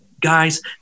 guys